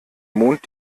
mond